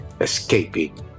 escaping